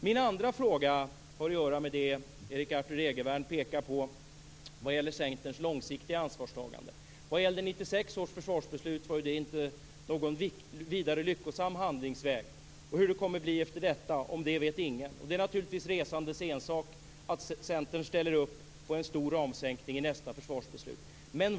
Min andra fråga rör vad Erik Arthur Egervärn pekade på när det gäller Centerns långsiktiga ansvarstagande. 1996 års försvarsbeslut var inte någon vidare lyckosam handlingsväg. Hur det blir efter detta beslut vet ingen. Det är naturligtvis resandes ensak att Centern ställer upp på en stor ramsänkning i nästa försvarsbeslut.